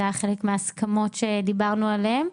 זה היה חלק מההסכמות שדיברנו עליהן,